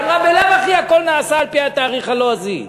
היא אמרה: בלאו הכי הכול נעשה על-פי התאריך הלועזי.